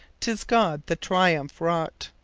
tis god the triumph wrought